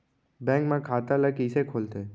Bank म खाता ल कइसे खोलथे?